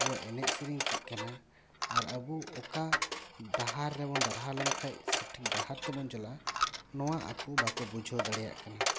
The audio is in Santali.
ᱟᱹᱵᱚᱣᱟᱜ ᱮᱱᱮᱡ ᱥᱮᱨᱮᱧ ᱪᱮᱫ ᱠᱟᱱᱟ ᱟᱨ ᱟᱵᱚ ᱚᱠᱟ ᱰᱟᱦᱟᱨ ᱨᱮᱵᱚᱱ ᱰᱟᱨᱦᱟᱣ ᱞᱮᱱ ᱠᱷᱟᱡ ᱥᱚᱴᱷᱤᱠ ᱰᱟᱦᱟᱨ ᱛᱤᱵᱚᱱ ᱪᱟᱞᱟᱜᱼᱟ ᱱᱚᱣᱟ ᱟᱠᱚ ᱵᱟᱠᱚ ᱵᱩᱡᱷᱟᱹᱣ ᱫᱟᱲᱮᱭᱟᱜ ᱠᱟᱱᱟ